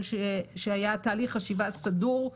אבל שהיה תהליך חשיבה סדור,